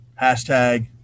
Hashtag